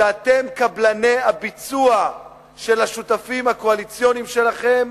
שאתם קבלני הביצוע של השותפים הקואליציוניים שלכם.